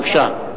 בבקשה.